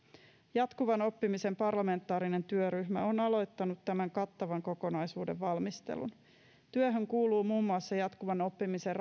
jatkuvan oppimisen parlamentaarinen työryhmä on aloittanut tämän kattavan kokonaisuuden valmistelun työhön kuuluu muun muassa jatkuvan oppimisen